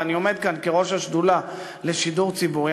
ואני עומד כאן כראש השדולה לשידור ציבורי,